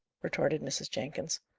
retorted mrs. jenkins.